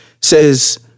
says